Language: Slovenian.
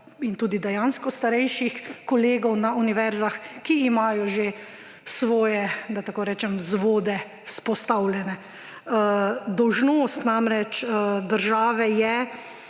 in tudi dejansko starejših kolegov na univerzah, ki že imajo svoje, da tako rečem, vzvode vzpostavljene. Dolžnost države do